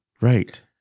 Right